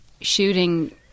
shooting